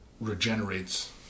regenerates